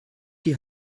die